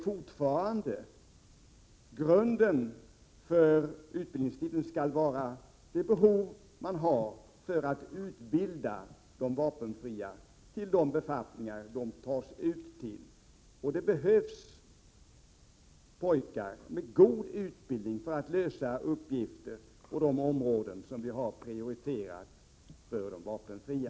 Fortfarande skall grunden för utbildningen vara det behov man har av att utbilda de vapenfria till de befattningar de tas ut till. Och det behövs pojkar med god utbildning för att lösa uppgifterna på de områden som vi har prioriterat för de vapenfria.